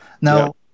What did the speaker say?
Now